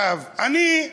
אני,